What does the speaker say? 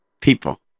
people